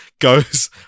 goes